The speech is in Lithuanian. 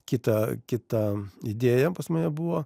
kitą kitą idėją pas mane buvo